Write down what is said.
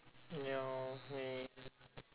ya